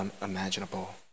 unimaginable